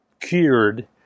cured